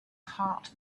heart